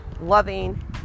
loving